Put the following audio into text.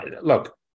Look